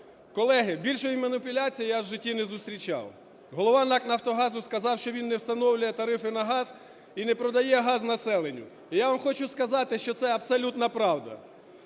Колеги, більшої маніпуляції я в житті не зустрічав! Голова НАК "Нафтогазу" сказав, що він не встановлює тарифи на газ і не продає газ населенню. І я вам хочу сказати, що це абсолютна правда.